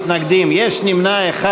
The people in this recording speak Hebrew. חברי הכנסת, 69 בעד, אין מתנגדים, יש נמנע אחד.